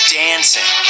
dancing